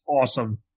awesome